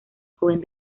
joven